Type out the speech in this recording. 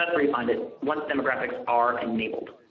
that's where you find it once demographics are enabled.